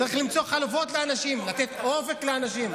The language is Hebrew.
צריך למצוא חלופות לאנשים, לתת אופק לאנשים.